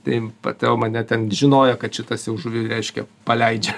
tai po to mane ten žinojo kad šitas jau žuvį reiškia paleidžia